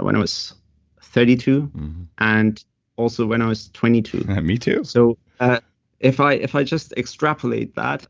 when i was thirty two and also when i was twenty two point me too so ah if i if i just extrapolate that,